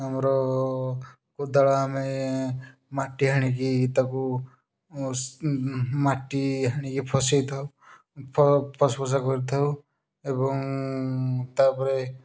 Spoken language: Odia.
ଆମର କୋଦାଳ ଆମେ ମାଟି ହାଣିକି ତାକୁ ମାଟି ହାଣିକି ଫସେଇ ଥାଉ ଫସ ଫସା କରିଥାଉ ଏବଂ ତା'ପରେ